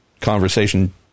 conversation